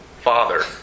father